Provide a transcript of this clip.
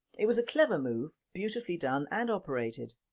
it was a clever move, beautifully done and operated.